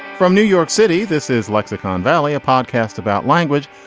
from new york city. this is lexicon valley a podcast about language.